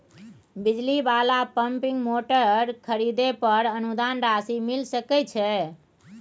बिजली वाला pumping motor खरीदे पर अनुदान राशि मिल सके छैय?